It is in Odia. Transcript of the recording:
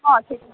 ହଁ ଠିକ ଅଛି